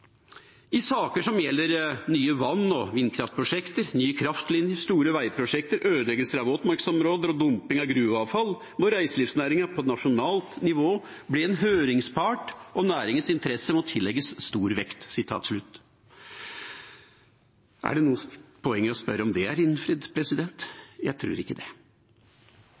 saker som gjelder nye vann- eller vindkraftprosjekter, nye kraftlinjer, store vegprosjekter, ødeleggelser av våtmarksområder og dumping av gruveavfall må reiselivsnæringen på nasjonalt nivå bli en høringspart og næringens interesser må tillegges stor vekt.» Er det noe poeng i å spørre om det er innfridd? Jeg tror ikke det.